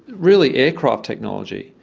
really aircraft technology,